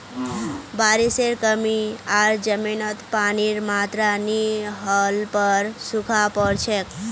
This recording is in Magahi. बारिशेर कमी आर जमीनत पानीर मात्रा नई होल पर सूखा पोर छेक